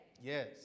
Yes